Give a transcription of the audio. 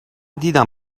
دیدم